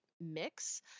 mix